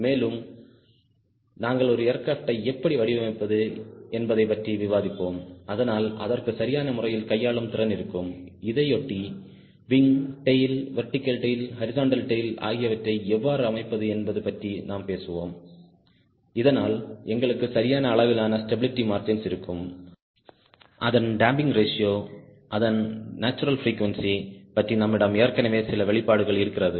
மேலும் நாங்கள் ஒரு ஏர்கிராப்ட் யை எப்படி வடிவமைப்பது என்பதைப்பற்றி விவாதிப்போம் அதனால் அதற்கு சரியான முறையில் கையாளும் திறன் இருக்கும் இதையொட்டி wing tail vertical tail horizontal tail ஆகியவற்றை எவ்வாறு அமைப்பது என்பது பற்றி நாம் பேசுவோம் இதனால் எங்களுக்கு சரியான அளவிலான ஸ்டேபிளிட்டி மார்ஜின்ஸ் இருக்கும் அதன் டேம்பிங் ரேஷியோ அதன் நேச்சுரல் பிறீகுயென்சி பற்றி நம்மிடம் ஏற்கனவே சில வெளிப்பாடுகள் இருக்கிறது